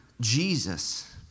Jesus